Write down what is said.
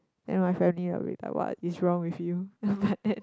and my family will reply what is wrong with you